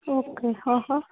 okay હં હં